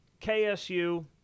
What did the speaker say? KSU